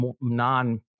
non